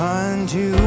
unto